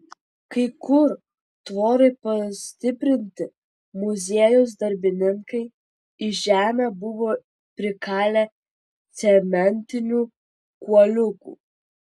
kai kur tvorai pastiprinti muziejaus darbininkai į žemę buvo prikalę cementinių kuoliukų